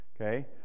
Okay